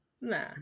Nah